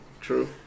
true